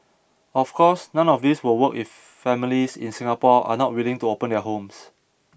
of course none of this will work if families in Singapore are not willing to open their homes